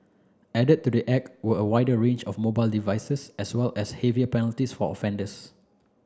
added to the act were a wider range of mobile devices as well as heavier penalties for offenders